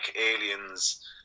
aliens